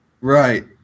Right